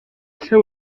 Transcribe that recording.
seu